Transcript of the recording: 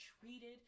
treated